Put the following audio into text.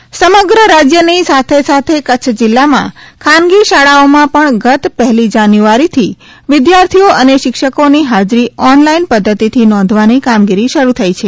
online હાજરી સમગ્ર રાજ્યની સાથે સાથે કચ્છ જિલ્લામાં ખાનગી શાળાઓમાં પણ ગત પહેલી જાન્યુઆરીથી વિદ્યાર્થીઓ અને શિક્ષકોની હાજરી ઓનલાઇન પદ્ધતિથી નોંધવાની કામગીરી શરૂ થઇ છે